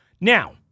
Now